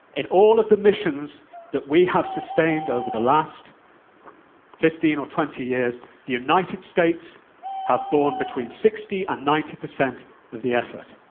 in all of the missions that we have sustained over the last fifteen or twenty years, the united states have borne between sixty and ninety percent of the effort.